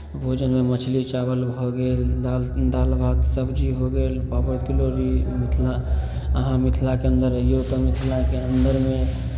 भोजनमे मछली चावल भऽ गेल दालि दालि भात सब्जी हो गेल पापड़ तिलौड़ी मिथिला अहाँ मिथिलाके अन्दर रहियौ तऽ मिथिलाके अन्दरमे